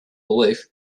belief